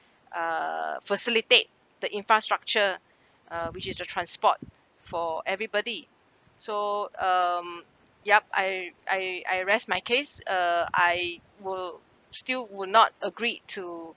uh facilitate the infrastructure uh which is the transport for everybody so um yup I I I rest my case uh I will still would not agreed to